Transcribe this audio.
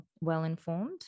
well-informed